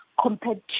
compared